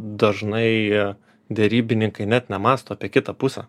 dažnai derybininkai net nemąsto apie kitą pusę